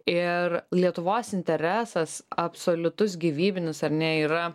ir lietuvos interesas absoliutus gyvybinis ar ne yra